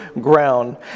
ground